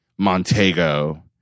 Montego